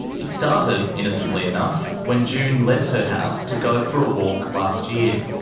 it started, innocently enough, when june left her house to go for a walk last year.